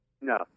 No